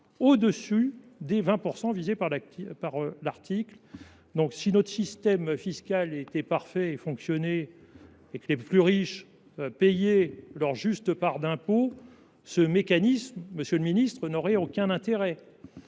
au dessus des 20 % visés par l’article. Si notre système fiscal fonctionnait parfaitement et que les plus riches payaient leur juste part d’impôt, ce mécanisme, monsieur le ministre, n’aurait aucun intérêt.